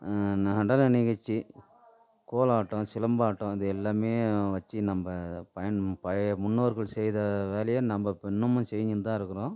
நடன நிகழ்ச்சி கோலாட்டம் சிலம்பாட்டம் இது எல்லாமே வச்சு நம்ப இதை பயன் பழைய முன்னோர்கள் செய்த வேலையை நம்ப இப்போ இன்னமும் செஞ்சின்னு தான் இருக்கிறோம்